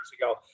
ago